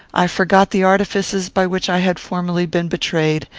i forgot the artifices by which i had formerly been betrayed,